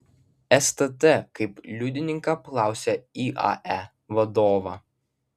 stt kaip liudininką apklausė iae vadovą